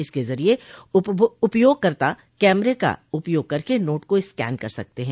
इसके जरिए उपयोगकर्ता कैमरे का उपयोग करके नोट को स्कैन कर सकते हैं